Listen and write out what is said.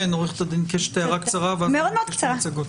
עו"ד קשת, הערה קצרה ואז נעבור למצגות.